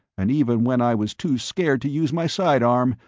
and even when i was too scared to use my side arm,